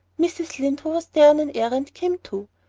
mrs. lynde, who was there on an errand, came too.